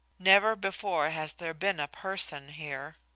never before has there been a person here.